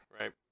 right